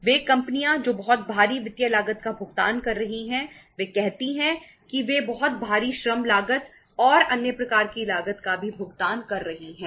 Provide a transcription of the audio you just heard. वे कंपनियां जो बहुत भारी वित्तीय लागत का भुगतान कर रही हैं वे कहती हैं कि वे बहुत भारी श्रम लागत और अन्य प्रकार की लागत का भी भुगतान कर रही हैं